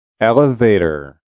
Elevator